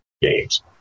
games